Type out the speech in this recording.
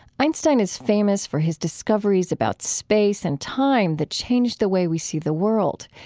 einstein is famous for his discoveries about space and time that changed the way we see the world.